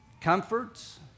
Comforts